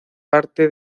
parte